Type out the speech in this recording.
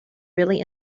really